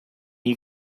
you